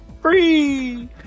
Free